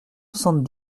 soixante